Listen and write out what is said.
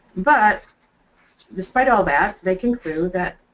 but despite all that, they conclude that